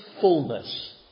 fullness